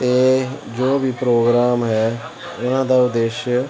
ਅਤੇ ਜੋ ਵੀ ਪ੍ਰੋਗਰਾਮ ਹੈ ਉਹਨਾਂ ਦਾ ਉਦੇਸ਼